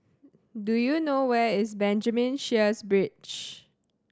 do you know where is Benjamin Sheares Bridge